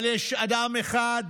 אבל יש אדם אחד,